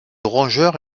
rongeurs